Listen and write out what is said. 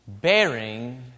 Bearing